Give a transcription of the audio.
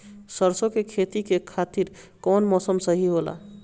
सरसो के खेती के खातिर कवन मौसम सही होला?